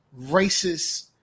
racist